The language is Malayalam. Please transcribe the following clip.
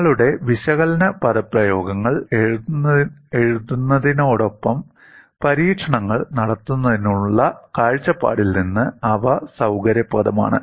നിങ്ങളുടെ വിശകലന പദപ്രയോഗങ്ങൾ എഴുതുന്നതിനോടൊപ്പം പരീക്ഷണങ്ങൾ നടത്തുന്നതിനുമുള്ള കാഴ്ചപ്പാടിൽ നിന്ന് അവ സൌകര്യപ്രദമാണ്